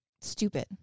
stupid